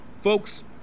folks